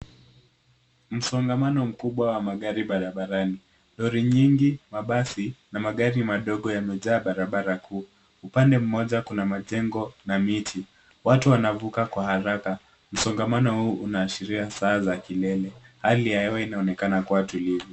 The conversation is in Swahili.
Msongamano mkubwa wa magari barabarani. Lori nginyi, mabasi, na magari madogo yamejaa barabara kuu. Upande mmoja kuna majengo na miti. Watu wanavuka kwa haraka. Msongamano huu unaashiria saa za kilele. Hali ya hewa inaonekana kua tulivu.